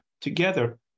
Together